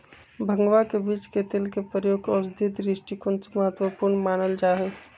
भंगवा के बीज के तेल के प्रयोग औषधीय दृष्टिकोण से महत्वपूर्ण मानल जाहई